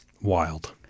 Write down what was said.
Wild